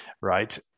right